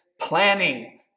planning